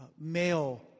male